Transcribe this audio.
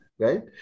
Right